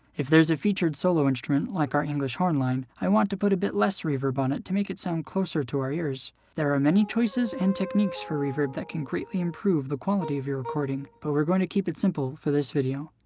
if there's a featured solo instrument, like our english horn line, i want to put a bit less reverb on it to make it sound closer to our ears. there are many choices and techniques for reverb that can greatly improve the quality of your recording, but we're going to keep it simple for this video.